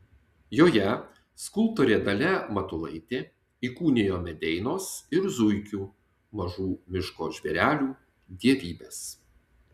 joje skulptorė dalia matulaitė įkūnijo medeinos ir zuikių mažų miško žvėrelių dievybes